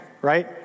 right